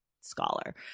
scholar